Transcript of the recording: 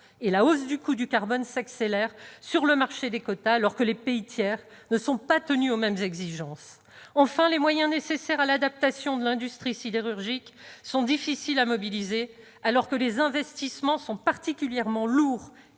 et la hausse du coût du carbone s'accélère sur le marché des quotas, alors que les pays tiers ne sont pas soumis aux mêmes exigences. Enfin, les moyens nécessaires à l'adaptation de l'industrie sidérurgique sont difficiles à mobiliser, alors que les investissements sont particulièrement lourds